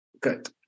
good